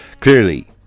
Clearly